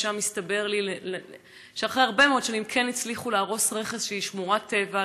ושם הסתבר לי שאחרי הרבה מאוד שנים כן הצליחו להרוס רכס שהוא שמורת טבע,